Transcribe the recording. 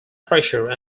pressure